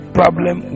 problem